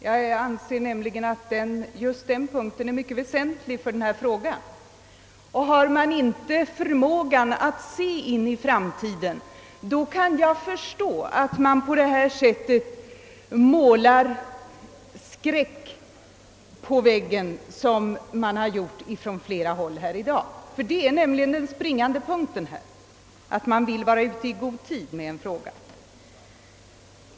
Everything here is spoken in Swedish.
Jag anser nämligen att just den punkten är mycket väsentlig i detta sammanhang; har man inte förmåga att se in i framtiden kan jag förstå att man målar upp sådana skräckbilder som flera talare i dag gjort. Den springande punkten här är nämligen just detta att vi vill vara ute i god tid med detta förslag.